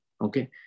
Okay